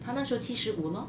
她那时候七十五 lor